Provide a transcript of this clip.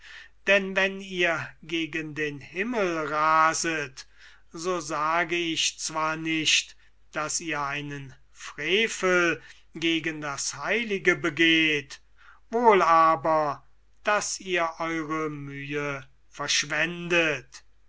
denn wenn ihr gegen den himmel raset so sage ich zwar nicht daß ihr einen frevel gegen das heilige begeht wohl aber daß ihr eure mühe verschwendet